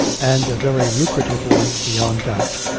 and a very lucrative one beyond doubt.